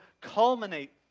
culminate